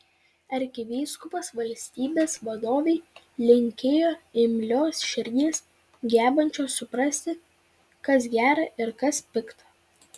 arkivyskupas valstybės vadovei linkėjo imlios širdies gebančios suprasti kas gera ir kas pikta